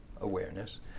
awareness